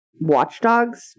watchdogs